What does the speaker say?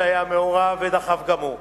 שהיה מעורב ודחף גם הוא,